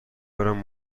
بارم